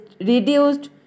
reduced